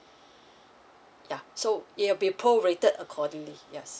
yeah so it'll be be pro rated accordingly yes